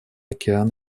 океан